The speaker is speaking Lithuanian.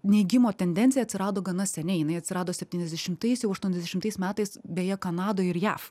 neigimo tendencija atsirado gana seniai jinai atsirado septyniasdešimtais jau aštuoniasdešimtais metais beje kanadoj ir jav